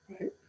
Right